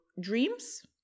dreams